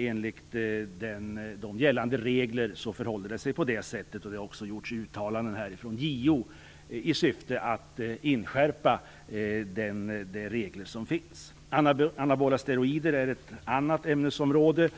Enligt gällande regler förhåller det sig på det sättet. Det har också gjorts uttalanden från JO i syfte att inskärpa de regler som finns. Anabola steroider är ett annat av motionsområdena.